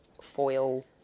foil